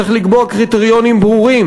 צריך לקבוע קריטריונים ברורים,